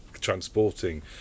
transporting